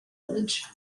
village